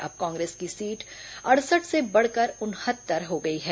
अब कांग्रेस की सीट अड़सठ से बढ़कर उनहत्तर हो गई है